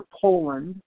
Poland